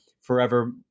forever